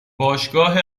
باشگاه